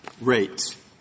rates